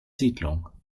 siedlung